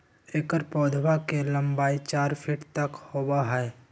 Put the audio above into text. एकर पौधवा के लंबाई चार फीट तक होबा हई